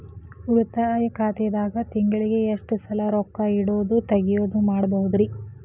ಉಳಿತಾಯ ಖಾತೆದಾಗ ತಿಂಗಳಿಗೆ ಎಷ್ಟ ಸಲ ರೊಕ್ಕ ಇಡೋದು, ತಗ್ಯೊದು ಮಾಡಬಹುದ್ರಿ?